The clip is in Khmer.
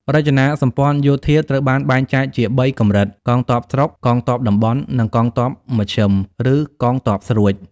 រចនាសម្ព័ន្ធយោធាត្រូវបានបែងចែកជា ៣ កម្រិត៖ កងទ័ពស្រុក, កងទ័ពតំបន់ និងកងទ័ពមជ្ឈិម (ឬ កងទ័ពស្រួច)។